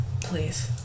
Please